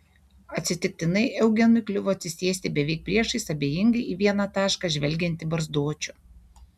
atsitiktinai eugenui kliuvo atsisėsti beveik priešais abejingai į vieną tašką žvelgiantį barzdočių